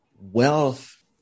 wealth